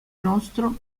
nostro